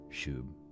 Shub